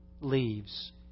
leaves